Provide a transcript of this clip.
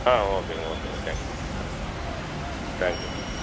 ஓகேங்க ஓகேங்க தேங்க்ஸ்ங்க தேங்க்ஸ்ங்க தேங்க் யூங்க